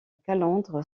calandre